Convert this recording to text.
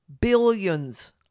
billions